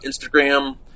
Instagram